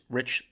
Rich